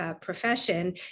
profession